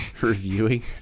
reviewing